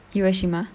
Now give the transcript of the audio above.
hiroshima